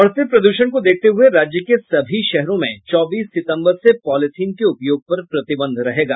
बढ़ते प्रदूषण को देखते हुये राज्य के सभी शहरों में चौबीस सितंबर से पॉलीथिन के उपयोग पर प्रतिबंध रहेगा